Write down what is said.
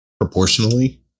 proportionally